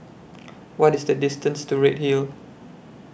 What IS The distance to Redhill